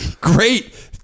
great